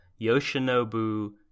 Yoshinobu